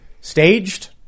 staged